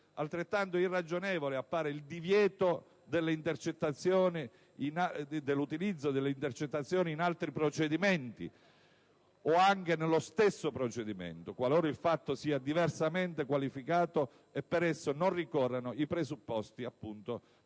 Altrettanto irragionevole appare il divieto di utilizzazione delle intercettazioni in altri procedimenti o anche nello stesso procedimento, qualora il fatto sia diversamente qualificato e per esso non ricorrano i presupposti per